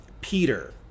peter